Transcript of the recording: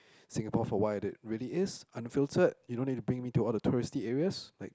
Singapore for what it really is unfiltered you don't need to bring me to all the touristy areas like